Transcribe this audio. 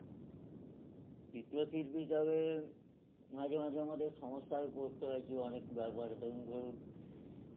চিত্র শিল্পী হিসাবে মাঝে মাঝে আমাদের সমস্যায় পড়তে হয়েছে অনেক ব্যাপারে ধরুন ধরুন